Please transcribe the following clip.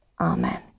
Amen